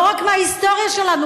ולא רק מההיסטוריה שלנו,